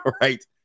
right